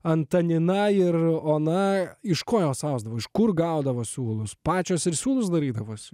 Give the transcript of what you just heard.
antanina ir ona iš ko jos ausdavo iš kur gaudavo siūlus pačios ir siūlus darydavosi